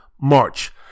March